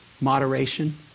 Moderation